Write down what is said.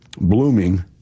blooming